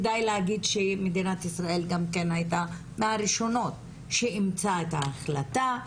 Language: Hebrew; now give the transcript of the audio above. כדאי להגיד שמדינת ישראל גם כן הייתה מהראשונות שאימצה את ההחלטה.